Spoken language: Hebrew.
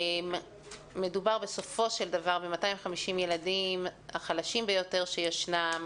מדובר בסופו של דבר ב-250 ילדים החלשים ביותר שישנם.